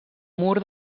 mur